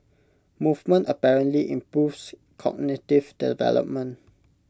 movement apparently improves cognitive development